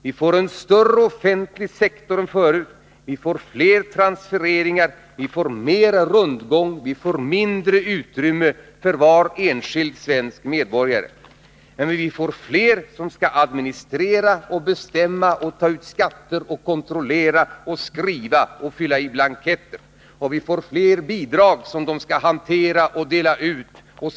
Vi får en större offentlig sektor, fler transfereringar, mer rundgång, mindre utrymme för var enskild svensk medborgare. Men vi får fler som skall administrera, bestämma, ta ut skatter, kontrollera, skriva och fylla i blanketter. Vi får fler bidrag som de skall hantera och dela ut.